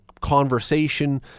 conversation